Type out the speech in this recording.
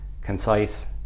concise